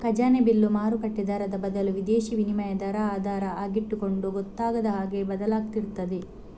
ಖಜಾನೆ ಬಿಲ್ಲು ಮಾರುಕಟ್ಟೆ ದರದ ಬದಲು ವಿದೇಶೀ ವಿನಿಮಯ ದರ ಆಧಾರ ಆಗಿಟ್ಟುಕೊಂಡು ಗೊತ್ತಾಗದ ಹಾಗೆ ಬದಲಾಗ್ತಿರ್ತದೆ